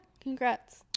congrats